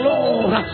Lord